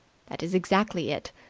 that is exactly it.